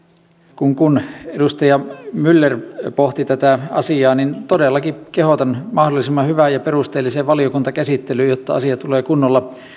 kun kun edustaja myller pohti tätä asiaa niin todellakin kehotan mahdollisimman hyvään ja perusteelliseen valiokuntakäsittelyyn jotta asia tulee kunnolla